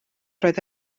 roedd